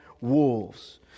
wolves